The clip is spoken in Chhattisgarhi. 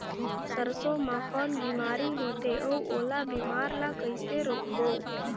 सरसो मा कौन बीमारी होथे अउ ओला बीमारी ला कइसे रोकबो?